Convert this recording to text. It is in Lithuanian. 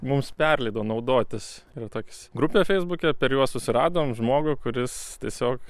mums perleido naudotis ir toks grupė feisbuke per juos susiradom žmogų kuris tiesiog